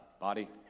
body